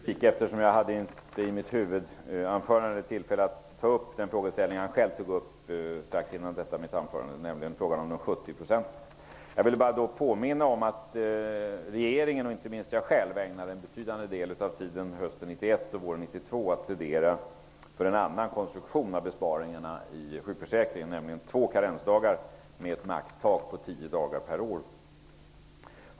Herr talman! Jag är glad att Arne Jansson begärde replik, eftersom jag i mitt huvudanförande inte hade tillfälle att ta upp frågan om de 70 procenten. Jag vill bara påminna om att regeringen, och inte minst jag själv, ägnade en betydande del av tiden hösten 1991 och våren 1992 åt att plädera för en annan konstruktion för besparingarna i sjukförsäkringssystemet, nämligen två karensdagar med ett maximalt tak på tio dagar per år.